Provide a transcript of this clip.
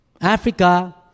Africa